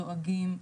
דואגים,